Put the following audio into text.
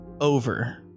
over